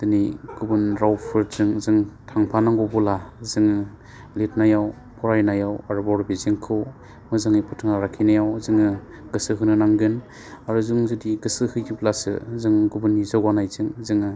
दिनै गुबुन रावफोरजों जों थांफालांगौबोला जोङो लिरनायाव फरायनायाव आरो बर' बिजोंखौ मोजाङै फोथांना लाखिनायाव जोङो गोसो होनो नांगोन आरो जों जुदि गोसो होयोब्लासो जों गुबुननि जौगानायजों जोङो